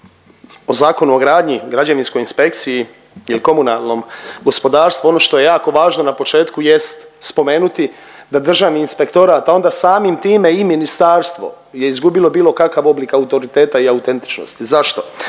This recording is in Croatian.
o Zakonu o gradnji, građevinskoj inspekciji il komunalnom gospodarstvu, ono što je jako važno na početku jest spomenuti da Državni inspektorat, a onda samim time i ministarstvo je izgubilo bilo kakav oblik autoriteta i autentičnosti. Zašto?